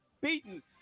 beaten